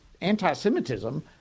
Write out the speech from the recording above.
anti-Semitism